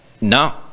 No